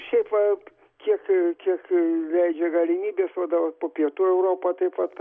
šiaip va kiek kiek leidžia galimybės va dabar po pietų europą taip vat